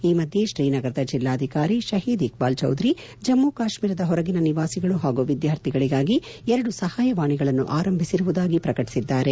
ಈ ಮಧ್ಯೆ ತ್ರೀನಗರದ ಜಿಲ್ಲಾಧಿಕಾರಿ ಷಹೀದ್ ಇಕ್ಲಾಲ್ ಚೌಧರಿ ಜಮ್ಮ ಕಾಶ್ೀರದ ಹೊರಗಿನ ನಿವಾಸಿಗಳು ಹಾಗೂ ವಿದ್ಯಾರ್ಥಿಗಳಿಗಾಗಿ ಎರಡು ಸಹಾಯವಾಣಿಗಳನ್ನು ಆರಂಭಿಸಿರುವುದಾಗಿ ಪ್ರಕಟಿಸಿದ್ದಾರೆ